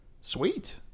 Sweet